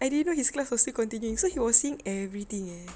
I didn't know his class was still continuing so he was seeing everything eh